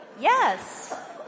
Yes